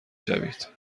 شوید